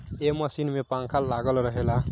ए machine में पंखा लागल रहेला